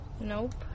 Nope